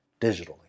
digitally